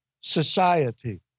society